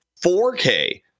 4k